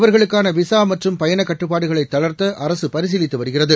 வெர்களுக்கான visa மற்றும் பயண கட்டுப்பாடுகளை தளர்த்த அரசு பரிசீலித்து வருகிறது